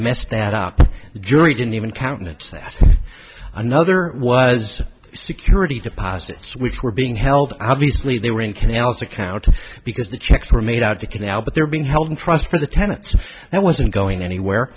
messed that up the jury didn't even countenance that another was security deposits which were being held obviously they were in canals account because the checks were made out to canal but they're being held in trust for the tenets that wasn't going anywhere